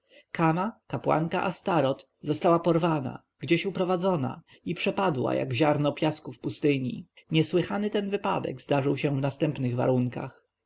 kama kapłanka astoreth została porwana gdzieś uprowadzona i przepadła jak ziarno piasku w pustyni niesłychany ten wypadek zdarzył się w następnych warunkach